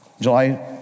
July